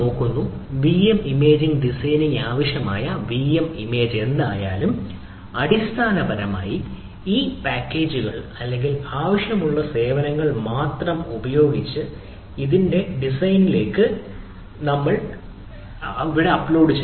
മറ്റൊന്ന് VM image designing ആയ VM management VM image എന്തായാലും അടിസ്ഥാനപരമായി ആ പാക്കേജുകൾ അല്ലെങ്കിൽ ആവശ്യമുള്ള സേവനങ്ങൾ മാത്രം ഉപയോഗിച്ച് ഈ വിഎം ഇമേജിന്റെ കാര്യക്ഷമമായ ഡിസൈൻ നമ്മൾക്ക് ചെയ്യാൻ കഴിയുമോ എന്നത് അവിടെ അപ്ലോഡുചെയ്യുന്നു